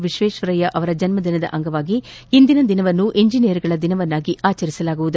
ಎಶ್ವೇಶ್ವರಯ್ಯನವರ ಜನ್ನದಿನದ ಅಂಗವಾಗಿ ಇಂದಿನ ದಿನವನ್ನು ಇಂಜಿನಿಯರ್ಗಳ ದಿನವನ್ನಾಗಿ ಆಚರಿಸಲಾಗುವುದು